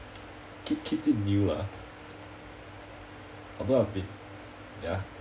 ke~ keeps it new lah although I've been ya